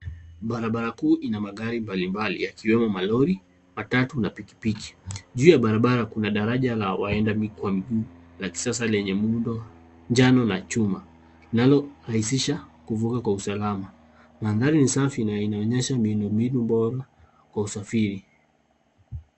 Barabara kuu ina magari mbalimbali yakiwemo malori, matatu na pikipiki. Juu ya barabara kuna daraja la waenda kwa miguu wa kisasa lenye muundo njano na chuma linalorahisisha kuvuka kwa usalama. Mandhari ni safi na inaonyesha miundombinu bora kwa usafiri.